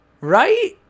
Right